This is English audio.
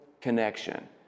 connection